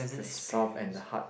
the soft and the hard